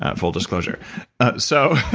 ah full disclosure so,